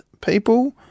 people